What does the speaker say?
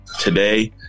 Today